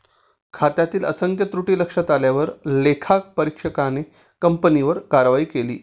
खात्यातील असंख्य त्रुटी लक्षात आल्यावर लेखापरीक्षकाने कंपनीवर कारवाई केली